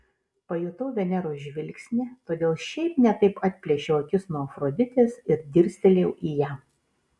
pajutau veneros žvilgsnį todėl šiaip ne taip atplėšiau akis nuo afroditės ir dirstelėjau į ją